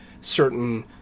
certain